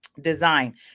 design